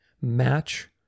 match